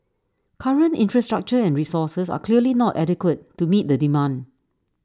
current infrastructure and resources are clearly not adequate to meet the demand